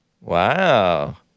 Wow